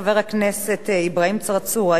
חבר הכנסת אברהים צרצור,